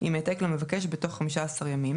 עם העתק למבקש בתוך 15 ימים,